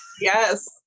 Yes